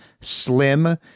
slim